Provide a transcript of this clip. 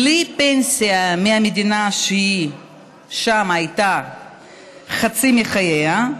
בלי פנסיה מהמדינה שהיא הייתה בה חצי מחייה,